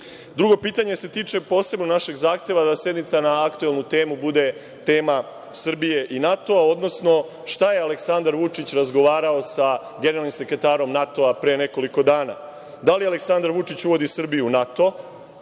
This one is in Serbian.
red. Drugo pitanje se tiče posebno našeg zahteva da sednica na aktuelnu temu bude tema Srbije i NATO, odnosno – šta je Aleksandar Vučić razgovarao sa generalnim sekretarom NATO pre nekoliko dana? Da li Aleksandar Vučić uvodi Srbiju u NATO.